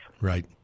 Right